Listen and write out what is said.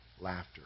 laughter